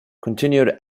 continued